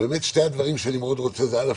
שני הדברים שאני מאוד רוצה זה א',